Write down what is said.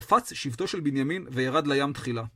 פץ שבטו של בנימין, וירד לים תחילה.